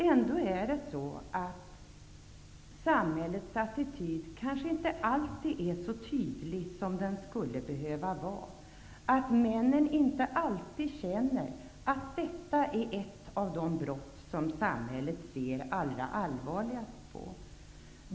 Ändå är samhällets attityd kanske inte alltid så tydlig som den skulle behöva vara att männen inte alltid känner att detta är ett av de brott som samhället ser allra allvarligast på.